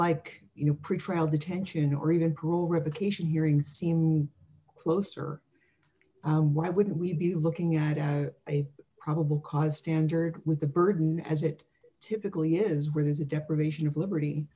like you know pretrial detention or even true revocation hearing seem closer why wouldn't we be looking at a probable cause standard with the burden as it typically is where there's a deprivation of liberty